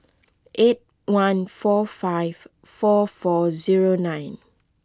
eight one four five four four zero nine